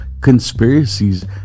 conspiracies